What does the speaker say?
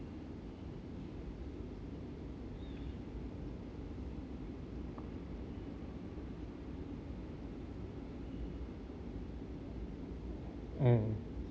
mm